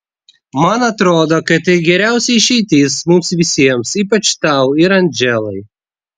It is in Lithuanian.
man atrodo kad tai geriausia išeitis mums visiems ypač tau ir andželai